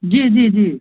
जी जी जी